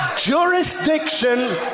jurisdiction